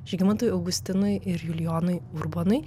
žygimantui augustinui ir julijonui urbonui